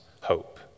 hope